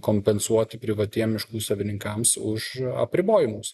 kompensuoti privatiem miškų savininkams už apribojimus